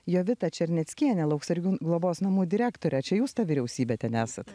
jovitą černeckienę lauksargių globos namų direktorę čia jūs ta vyriausybė ten esat